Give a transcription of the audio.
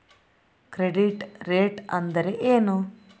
Credit rate ಅಂದರೆ ಏನು?